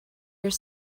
are